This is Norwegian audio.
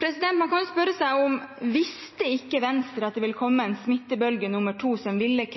Man kan jo spørre seg, visste ikke Venstre at det ville komme en smittebølge nr. 2, som ville